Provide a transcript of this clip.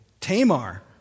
Tamar